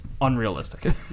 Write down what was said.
unrealistic